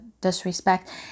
disrespect